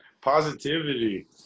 Positivity